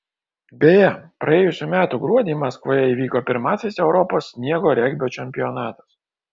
beje praėjusių metų gruodį maskvoje įvyko pirmasis europos sniego regbio čempionatas